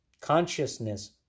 Consciousness